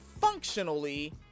Functionally